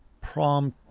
prom